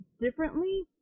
differently